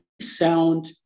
sound